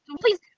please –